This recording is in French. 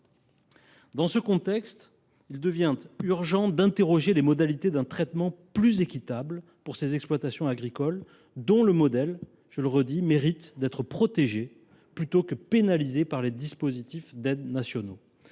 Dans ce contexte, il devient urgent d’interroger les modalités d’un traitement plus équitable pour ces exploitations agricoles, dont le modèle mérite d’être protégé, plutôt que pénalisé par les dispositifs d’aide nationaux.